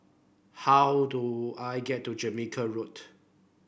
how do I get to Jamaica Road